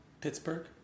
Pittsburgh